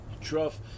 Truff